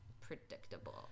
predictable